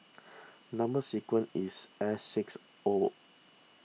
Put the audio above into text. Number Sequence is S six O